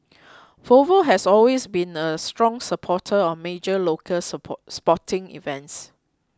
Volvo has always been a strong supporter of major local sport sporting events